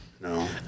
No